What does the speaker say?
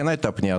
כן הייתה פנייה.